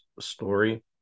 story